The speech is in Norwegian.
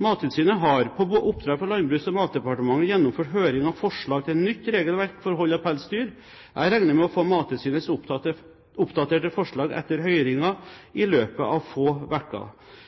Mattilsynet har, på oppdrag fra Landbruks- og matdepartementet, gjennomført høring av forslag til nytt regelverk for hold av pelsdyr. Jeg regner med å få Mattilsynets oppdaterte forslag etter